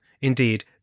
Indeed